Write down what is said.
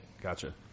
gotcha